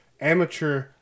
amateur